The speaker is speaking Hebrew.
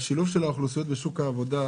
שילוב האוכלוסיות בשוק העבודה,